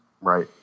right